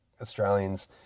Australians –